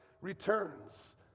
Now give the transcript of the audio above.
returns